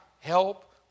Help